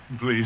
Please